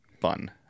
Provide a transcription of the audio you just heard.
fun